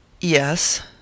Yes